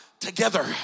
together